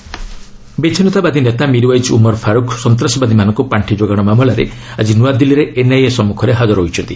Mirwaiz NIA ବିଚ୍ଛିନ୍ନତାବାଦୀ ନେତା ମିର୍ୱାଇଜ୍ ଉମର ଫାରୁକ୍ ସନ୍ତାସବାଦୀମାନଙ୍କୁ ପାର୍ଷି ଯୋଗାଣ ମାମଲାରେ ଆଜି ନୁଆଦିଲ୍ଲୀରେ ଏନ୍ଆଇଏ ସମ୍ମୁଖରେ ହାଜର ହୋଇଛନ୍ତି